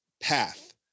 path